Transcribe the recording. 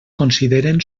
consideren